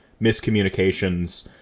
miscommunications